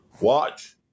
watch